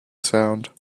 sound